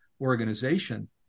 organization